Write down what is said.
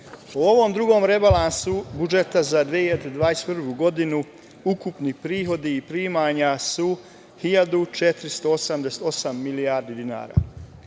ovom drugom rebalansu budžeta za 2021. godinu ukupni prihodi i primanja su 1.488 milijardi dinara,